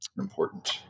important